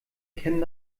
kennen